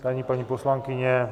Ano paní poslankyně.